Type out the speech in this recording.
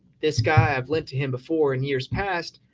this guy i've lent to him before and years past,